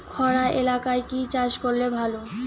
খরা এলাকায় কি চাষ করলে ভালো?